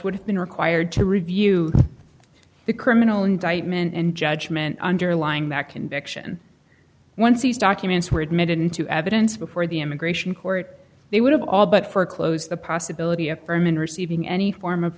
would have been required to review the criminal indictment and judgment underlying that conviction once these documents were admitted into evidence before the immigration court they would have all but for close the possibility of berman receiving any form of